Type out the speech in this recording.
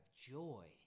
joy